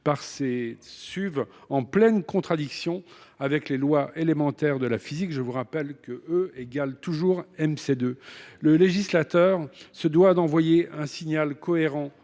On est en pleine contradiction avec les lois élémentaires de la physique : je vous rappelle que E est toujours égal à mc Le législateur se doit d’envoyer un signal cohérent